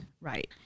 Right